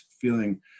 feeling